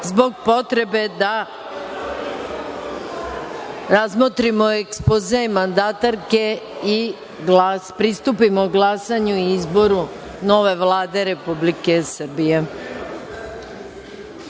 zbog potrebe da razmotrimo ekspoze mandatarke i da pristupimo glasanju i izboru nove Vlade Republike Srbije. Reč